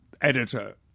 editor